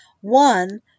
one